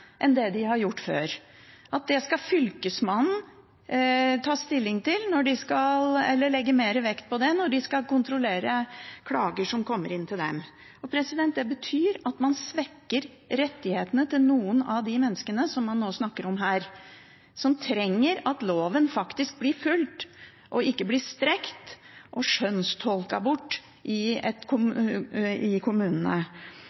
enn det de har gjort før. Det skal Fylkesmannen også legge mer vekt på når de skal kontrollere klager som kommer inn til dem. Det betyr at man svekker rettighetene til noen av de menneskene man nå snakker om, som trenger at loven faktisk blir fulgt – og ikke blir strukket og skjønnstolket bort i kommunene.